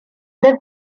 her